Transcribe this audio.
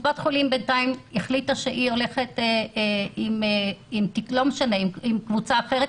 קופת חולים החליטה שהיא הולכת עם קבוצה אחרת.